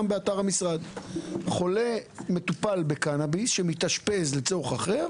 חולה מטופל בקנביס, שמתאשפז לצורך אחר